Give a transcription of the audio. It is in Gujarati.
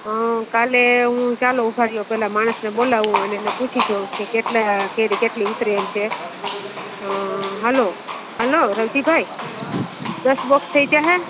હં કાલે હું ચાલો ઊભાં રહો પહેલાં માણસને બોલાવું અને એને પૂછી જોઉં કે કેટલા કેરી કેટલી ઉતરે એમ છે હં હલો હલો રવજીભાઈ દસ બોક્સ થઈ જશે